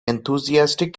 enthusiastic